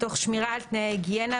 תוך שמירה על תנאי היגיינה,